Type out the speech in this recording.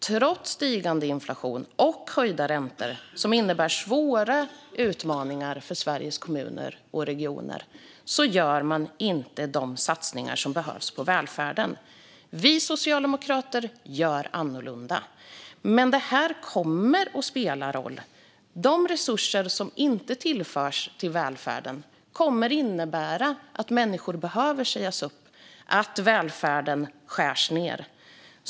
Trots stigande inflation och höjda räntor som innebär svåra utmaningar för Sveriges kommuner och regioner gör man inte de satsningar som behövs på välfärden. Vi socialdemokrater gör annorlunda. Det här kommer att spela roll. Att resurser inte tillförs välfärden kommer att innebära att människor behöver sägas upp och att välfärden skärs ned.